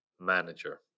manager